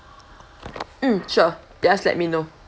mm sure just let me know